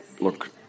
look